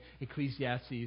Ecclesiastes